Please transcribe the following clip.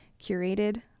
curated